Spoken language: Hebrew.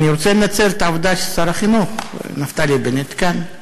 אני רוצה לנצל את העובדה ששר החינוך נפתלי בנט כאן.